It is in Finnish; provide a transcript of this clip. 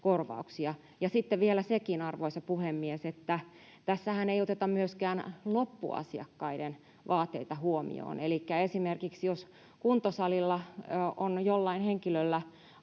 sitten vielä sekin, arvoisa puhemies, että tässähän ei oteta myöskään loppuasiakkaiden vaateita huomioon, elikkä esimerkiksi jos kuntosalilla on jollain henkilöllä